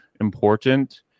important